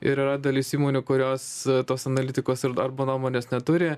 ir yra dalis įmonių kurios tos analitikos ir darbo nuomonės neturi